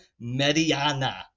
Mediana